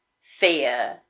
fear